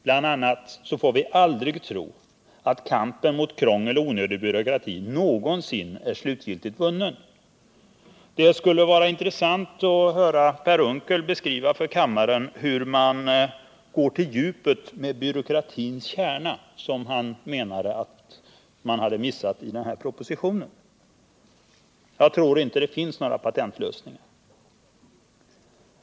Bl.a. får vi aldrig tro att kampen mot krångel och onödig byråkrati någonsin är slutgiltigt vunnen. Det skulle vara intressant att höra Per Unckel för kammaren beskriva hur man går till djupet med problemet och angriper byråkratins kärna, vilket han menade att man hade missat i denna proposition. Jag tror att det inte finns några patentlösningar.